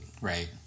Right